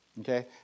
Okay